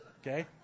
Okay